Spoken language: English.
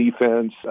defense